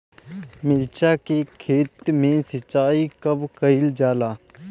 मिर्चा के खेत में सिचाई कब कइल जाला?